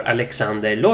Alexander